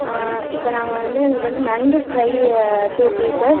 இப்போ நாங்கள் வந்து எங்களுக்கு வந்து நண்டு ஃப்ரை டூ பீசஸ்